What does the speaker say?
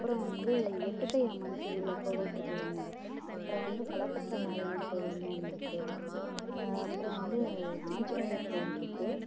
அப்புறம் வந்து எட்டுக்கை அம்மன் திருவிழா கோவில் திருவிழா நடக்கும் அப்புறம் வந்து பலப்பட்றை மாரியம்மன் கோவில்னு ஒன்று இருக்கு அப்புறம் வந்து ஆஞ்சநேயர் கோவில் இருக்கு